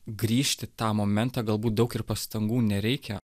grįžt į tą momentą galbūt daug ir pastangų nereikia